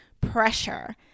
pressure